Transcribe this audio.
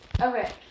Okay